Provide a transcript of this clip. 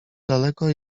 daleko